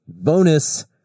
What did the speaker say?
bonus